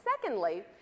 secondly